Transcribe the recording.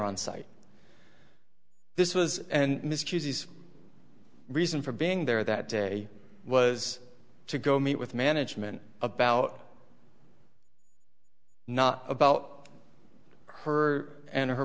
on site this was and misuses reason for being there that day was to go meet with management about not about her and her